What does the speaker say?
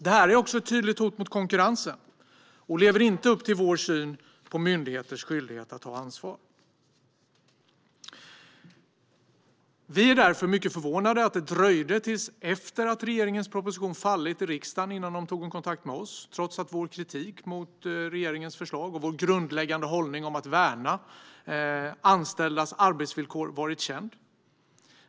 Detta är också ett tydligt hot mot konkurrensen, och det lever inte upp till vår syn på myndigheters skyldighet att ta ansvar. Vi är därför mycket förvånade över att det dröjde tills efter att regeringens proposition hade fallit i riksdagen innan man tog kontakt med oss, trots att vår kritik mot regeringens förslag och vår grundläggande hållning om att värna anställdas arbetsvillkor varit kända.